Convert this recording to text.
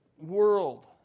world